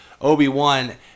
Obi-Wan